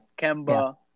Kemba